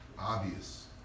obvious